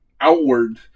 outward